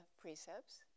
precepts